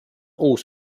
uus